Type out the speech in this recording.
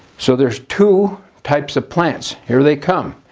so there's two types of plants. here they come.